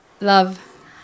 Love